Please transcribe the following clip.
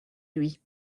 lui